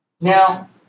Now